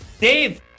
Dave